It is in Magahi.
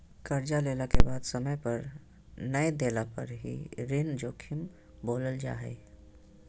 कर्जा लेला के बाद समय पर नय देला पर ही ऋण जोखिम बोलल जा हइ